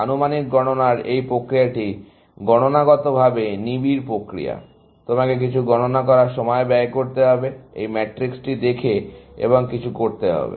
আনুমানিক গণনার এই প্রক্রিয়াটি গণনাগতভাবে নিবিড় প্রক্রিয়া তোমাকে কিছু গণনার সময় ব্যয় করতে হবে এই ম্যাট্রিক্সটি দেখে এবং কিছু করতে হবে